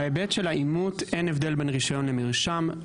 בהבדל של האימות אין הבדל בין רישיון למרשם,